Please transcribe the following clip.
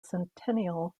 centennial